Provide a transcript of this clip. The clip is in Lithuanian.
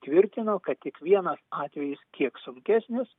tvirtino kad tik vienas atvejis kiek sunkesnis